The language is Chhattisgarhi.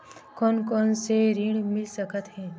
कोन कोन से ऋण मिल सकत हे?